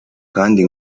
kandi